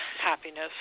happiness